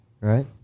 right